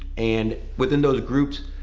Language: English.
and within those groups,